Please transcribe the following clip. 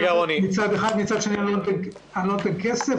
מצד שני אני לא נותן כסף,